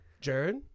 Jared